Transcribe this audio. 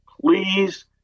please